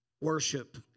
worship